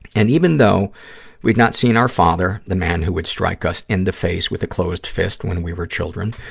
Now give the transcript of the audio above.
and even though we'd not seen our father, the man who would strike us in the face with a closed fist when we were children,